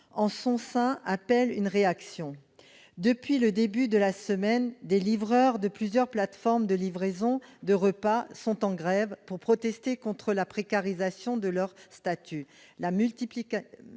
en son sein appellent une réaction. Depuis le début de la semaine, des livreurs de plusieurs plateformes de livraison de repas sont en grève pour protester contre la précarisation de leur statut. La multiplication,